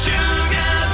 Sugar